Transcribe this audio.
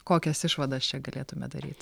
kokias išvadas čia galėtume daryt